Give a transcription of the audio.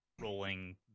rolling